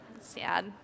sad